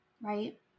right